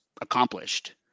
accomplished